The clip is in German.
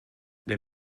der